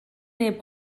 neb